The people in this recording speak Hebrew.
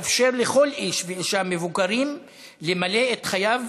כדי לאפשר לכל איש ואישה מבוגרים למלא את חייהם